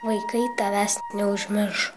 vaikai tavęs neužmiršo